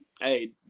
hey